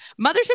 mothership